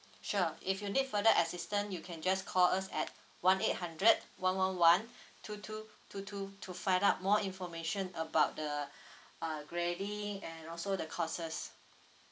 sure if you need further assistant you can just call us at one eight hundred one one one two two two two to find out more information about the uh grading and also the courses